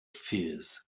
fears